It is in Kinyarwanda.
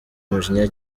umujinya